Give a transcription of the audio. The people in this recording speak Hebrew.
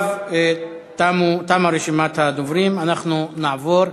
עכשיו תמה רשימת הדוברים, ואנחנו נעבור,